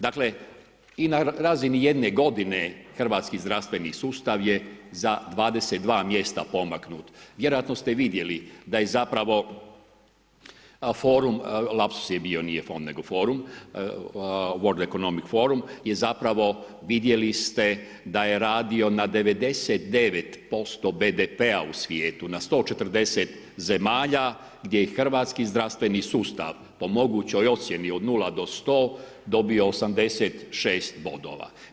Dakle, i na razini jedne godine hrvatski zdravstveni sustav je za 22 mjesta pomaknut, vjerojatno ste vidjeli da je zapravo forum lapsuz je bio fond nego forum Word ekonom forum, je zapravo vidjeli ste da je radio na 99% BDP-a u svijetu na 140 zemalja gdje je hrvatski zdravstveni sustav po mogućoj ocjeni od 0 do 100 dobio 86 bodova.